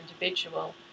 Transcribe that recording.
individual